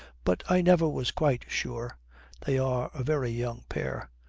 but i never was quite sure they are a very young pair.